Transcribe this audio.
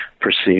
perceive